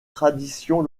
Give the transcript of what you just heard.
traditions